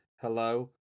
hello